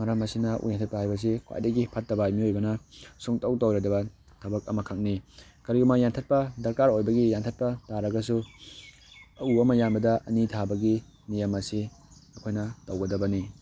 ꯃꯔꯝ ꯑꯁꯤꯅ ꯎ ꯌꯥꯟꯊꯠꯄ ꯍꯥꯏꯕꯁꯤ ꯈ꯭ꯋꯥꯏꯗꯒꯤ ꯐꯠꯇꯕ ꯃꯤꯑꯣꯏꯕꯅ ꯁꯨꯡꯇꯧ ꯇꯧꯔꯣꯏꯗꯕ ꯊꯕꯛ ꯑꯃꯈꯛꯅꯤ ꯀꯔꯤꯒꯨꯝꯕ ꯌꯥꯟꯊꯠꯄ ꯗꯔꯀꯥꯔ ꯑꯣꯏꯕꯒꯤ ꯌꯥꯟꯊꯠꯄ ꯇꯥꯔꯒꯁꯨ ꯎ ꯑꯃ ꯌꯥꯟꯕꯗ ꯑꯅꯤ ꯊꯥꯕꯒꯤ ꯅꯤꯌꯝ ꯑꯁꯤ ꯑꯩꯈꯣꯏꯅ ꯇꯧꯒꯗꯕꯅꯤ